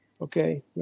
Okay